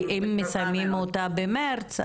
כי אם מסיימים אותה במרץ,